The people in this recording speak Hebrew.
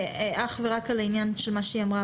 אך ורק על העניין של מה שהיא אמרה,